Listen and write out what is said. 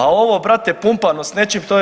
A ovo brate pumpano s nečim to je